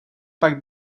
pak